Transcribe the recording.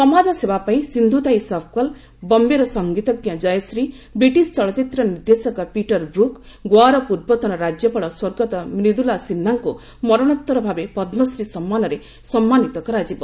ସମାଜ ସେବା ପାଇଁ ସିନ୍ଧୁତାଇ ସପକଲ ବମ୍ବେର ସଙ୍ଗୀତଜ୍ଞ ଜୟଶ୍ରୀ ବ୍ରିଟିଶ ଚଳଚ୍ଚିତ୍ର ନିର୍ଦ୍ଦେଶକ ପିଟର ବ୍ରୁକ୍ ଗୋଆର ପୂର୍ବତନ ରାଜ୍ୟପାଳ ସ୍ୱର୍ଗତ ମ୍ରିଦୁଲା ସିହ୍ନାଙ୍କୁ ମରଣୋତ୍ତରଭାବେ ପଦ୍ମଶ୍ରୀ ସମ୍ମାନରେ ସମ୍ମାନୀତ କରାଯିବ